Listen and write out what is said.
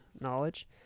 knowledge